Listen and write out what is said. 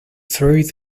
through